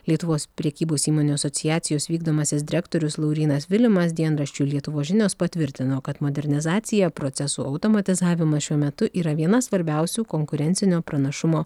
lietuvos prekybos įmonių asociacijos vykdomasis direktorius laurynas vilimas dienraščiui lietuvos žinios patvirtino kad modernizacija procesų automatizavimas šiuo metu yra viena svarbiausių konkurencinio pranašumo